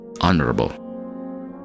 honorable